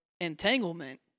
entanglement